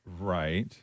right